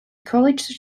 college